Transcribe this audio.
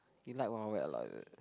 you like Wild Wild Wet lah is it